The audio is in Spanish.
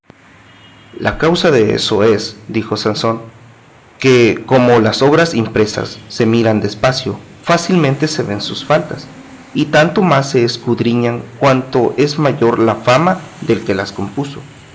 la causa deso es dijo sansón que como las obras impresas se miran despacio fácilmente se veen sus faltas y tanto más se escudriñan cuanto es mayor la fama del que las compuso